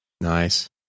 Nice